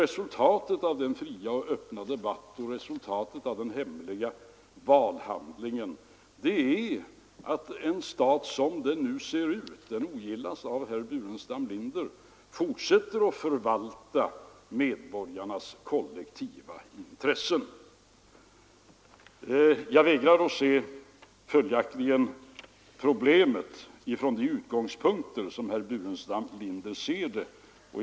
Resultatet av den fria och öppna debatten och resultatet av den hemliga valhandlingen är att staten som den nu ser ut — den ogillas av herr Burenstam Linder — fortsätter att förvalta medborgarnas kollektiva intressen. Jag vägrar följaktligen att se problemet från de utgångspunkter som herr Burenstam Linder ser det från.